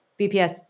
BPS